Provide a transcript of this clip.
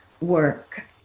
work